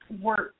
work